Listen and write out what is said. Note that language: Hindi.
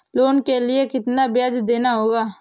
लोन के लिए कितना ब्याज देना होगा?